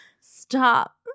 stop